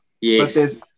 Yes